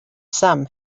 some